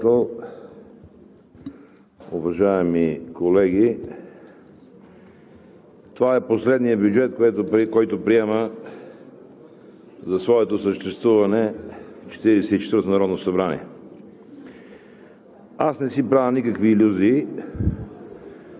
Уважаема госпожо Председател, уважаеми колеги! Това е последният бюджет, който приема за своето съществуване Четиридесет